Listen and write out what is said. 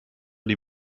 die